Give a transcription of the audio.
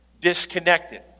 disconnected